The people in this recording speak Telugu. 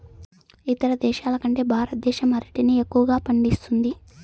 ఇతర దేశాల కంటే భారతదేశం అరటిని ఎక్కువగా పండిస్తుంది